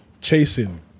Chasing